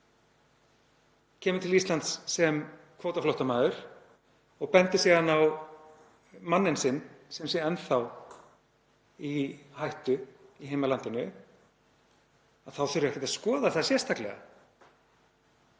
kemur til Íslands sem kvótaflóttamaður og bendir síðan á manninn sinn sem sé enn þá í hættu í heimalandinu þá þurfi ekkert að skoða það sérstaklega,